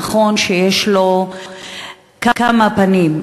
נכון שיש לו כמה פנים,